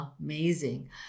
amazing